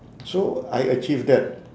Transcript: so I achieved that